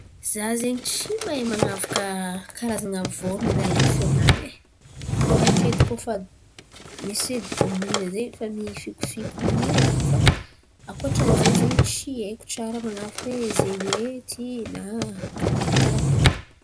Za zen̈y tsy mahay man̈avaka karazan̈a voron̈o amin’ny alalan’ny feo-nany e. Fa haiko edy koa fa misy hoe domoina ze fa mifikofiko mihira fo fa ankoatran’izay tsy haiko tsara hoe man̈avaka zen̈y hoe ty na na karakory.